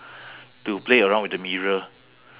to play around with the mirror